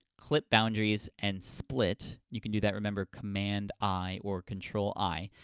clip boundaries, and split. you can do that, remember command i or control i,